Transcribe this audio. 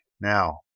now